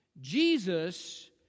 Jesus